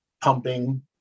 pumping